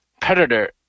Predator